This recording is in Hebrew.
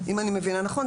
אם אני מבינה נכון,